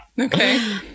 Okay